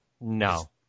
No